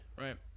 right